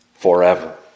Forever